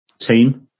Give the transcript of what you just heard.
team